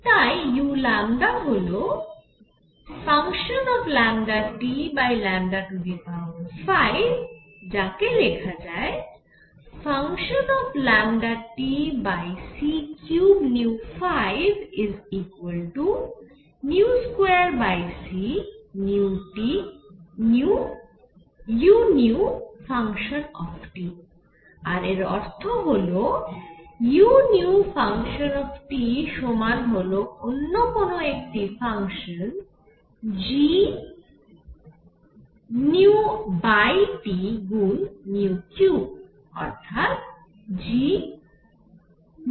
তাই u হল fT5 যাকে লেখা যায় fTc552cu আর এর অর্থ হল u সমান হল অন্য কোন একটি ফাংশান g গুন 3 অর্থাৎ gT3